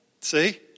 See